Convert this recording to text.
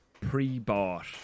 pre-bought